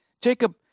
Jacob